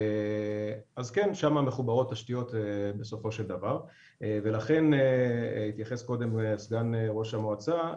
אז כן שם מחוברות תשתיות בסופו של דבר ולכן התייחס קודם סגן ראש המועצה,